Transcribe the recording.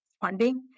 funding